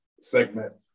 segment